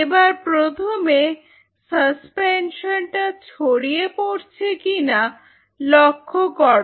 এবার প্রথমে সাসপেনশনটা ছড়িয়ে পড়ছে কিনা লক্ষ্য করো